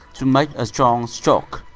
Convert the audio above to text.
to make a strong stroke.